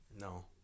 No